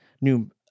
new